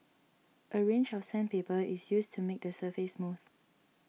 a range of sandpaper is used to make the surface smooth